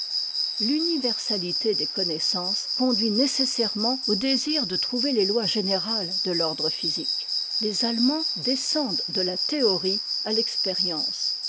l'universalité des connaissances conduit nécessairement au désir de trouver les lois générales de l'ordre physique les allemands descendent de la théorie à l'expérience